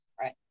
Right